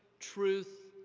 truth,